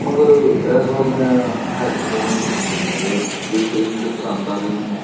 ਮਗਰ ਇਸ ਵਾਰੀ ਮੈਂ ਹੈਡਫੋਨ ਦੇਖੇ ਸੀ ਤੇ ਪਸੰਦ ਆ ਗਏ ਮੈਨੂੰ